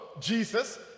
jesus